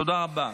תודה רבה.